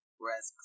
whereas